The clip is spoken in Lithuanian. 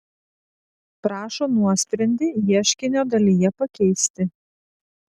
prašo nuosprendį ieškinio dalyje pakeisti